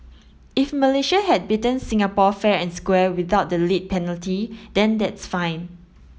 if Malaysia had beaten Singapore fair and square without the late penalty then that's fine